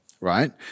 right